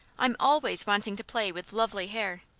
i'm always wanting to play with lovely hair.